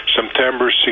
September